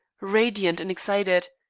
radiant and excited.